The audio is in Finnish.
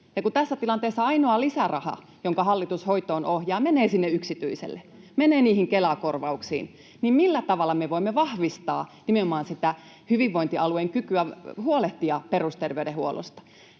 kun tässä tilanteessa ainoa lisäraha, jonka hallitus hoitoon ohjaa, menee sinne yksityiselle, menee niihin Kela-korvauksiin, niin millä tavalla me voimme vahvistaa nimenomaan sitä hyvinvointialueen kykyä huolehtia perusterveydenhuollosta?